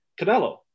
canelo